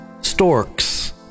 storks